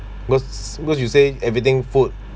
because because you say everything food